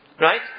Right